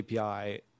API